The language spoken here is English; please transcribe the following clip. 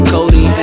Cody